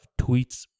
tweets